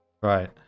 right